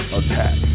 attack